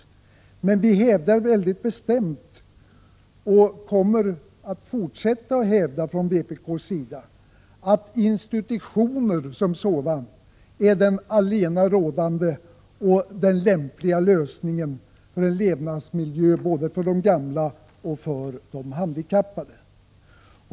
Från vpk:s sida hävdar vi mycket bestämt, och kommer att fortsätta att hävda, att institutioner inte är den lämpliga lösningen när det gäller levnadsmiljö både för de gamla och för de handikappade.